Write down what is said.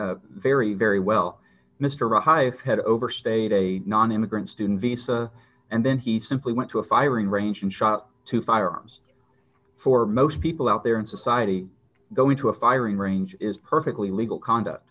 this very very well mr hive had overstayed a nonimmigrant student visa and then he simply went to a firing range and shot two firearms for most people out there in society go into a firing range is perfectly legal conduct